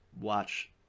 watch